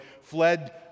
fled